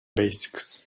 basics